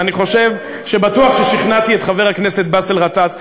ואני חושב שבטוח שכנעתי את חבר הכנסת באסל גטאס,